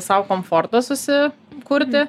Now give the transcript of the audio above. sau komforto susi kurti